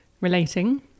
relating